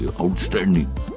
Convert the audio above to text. Outstanding